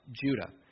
Judah